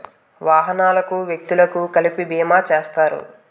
వాహనాలకు వ్యక్తులకు కలిపి బీమా చేస్తారు